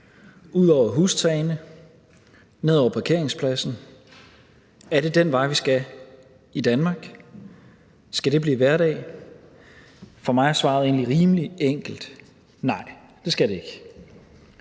ud over hustagene, ned over parkeringspladsen – er det den vej, vi skal i Danmark? Skal det blive hverdag? For mig er svaret egentlig rimelig enkelt: Nej, det skal det ikke.